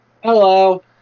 hello